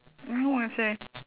oh I see